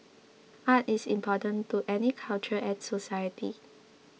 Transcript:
art is important to any culture and society